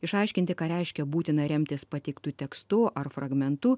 išaiškinti ką reiškia būtina remtis pateiktu tekstu ar fragmentu